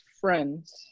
friends